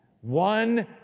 one